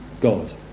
God